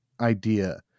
idea